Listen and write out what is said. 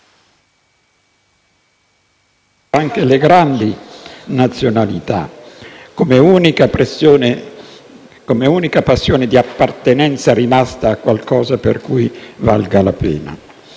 anche le grandi, nazionalità, come unica passione di appartenenza rimasta a qualcosa per cui valga la pena.